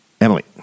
Emily